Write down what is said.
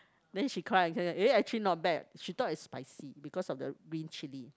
then she cry and say that eh actually not bad she thought is spicy because of the green chili